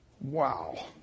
Wow